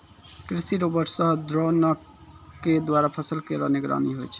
कृषि रोबोट सह द्रोण क द्वारा फसल केरो निगरानी होय छै